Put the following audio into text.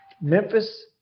Memphis